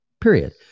period